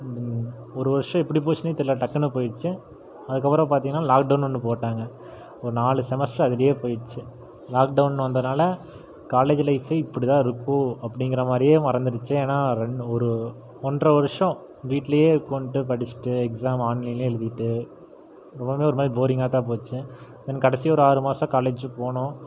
ஒரு வருஷம் எப்படி போச்சுனே தெரில டக்குன்னு போயிடுச்சு அதற்கப்பறம் பார்த்தீங்கனா லாக்டவுன்னு ஒன்று போட்டாங்க ஒரு நாலு செமஸ்ட்டர் அதுலையே போயிடுச்சு லாக்டவுன் வந்தனால காலேஜ் லைஃப்பே இப்படி தான் இருக்கும் அப்படிங்கிறமாரியே மறந்துடுச்சு ஏன்னா ரெண் ஒரு ஒன்றை வருஷம் வீட்லையே உட்காந்துட்டு படிச்சிவிட்டு எக்ஸாம் ஆன்லைன்ல எழுதிட்டு ரொம்பவுமே ஒரு மாரி போரிங்காக தான் போச்சு தென் கடைசி ஒரு ஆறு மாதம் காலேஜி போனோம்